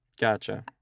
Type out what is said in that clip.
Gotcha